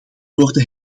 worden